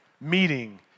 meeting